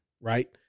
right